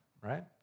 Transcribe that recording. right